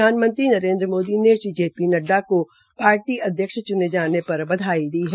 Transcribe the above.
प्रधानमंत्री नरेन्द्र मोदी ने Shri J P नड्डज को पार्टी अध्यक्ष चुने जाने पर बधाई दी है